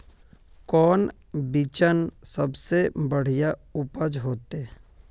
कौन बिचन सबसे बढ़िया उपज होते?